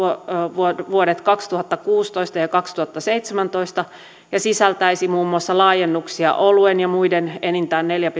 vuodet vuodet kaksituhattakuusitoista ja ja kaksituhattaseitsemäntoista ja sisältäisi muun muassa laajennuksia oluen ja muiden enintään neljän